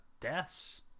deaths